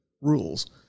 rules